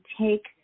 take